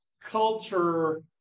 culture